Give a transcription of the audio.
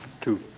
Two